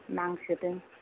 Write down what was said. नांसोदों